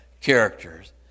characters